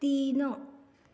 तीन